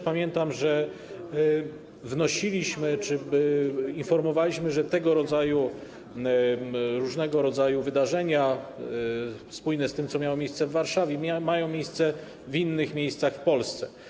Pamiętam też, że wnosiliśmy czy informowaliśmy, że tego rodzaju, różnego rodzaju wydarzenia spójne z tym, co miało miejsce w Warszawie, mają miejsce i w innych miastach w Polsce.